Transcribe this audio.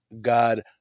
God